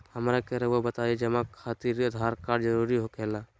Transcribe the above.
हमरा के रहुआ बताएं जमा खातिर आधार कार्ड जरूरी हो खेला?